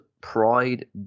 Pride